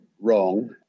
wrong